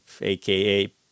aka